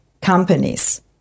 companies